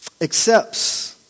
accepts